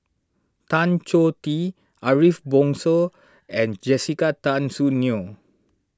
Tan Choh Tee Ariff Bongso and Jessica Tan Soon Neo